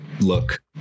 look